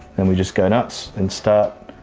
and we just go nuts and start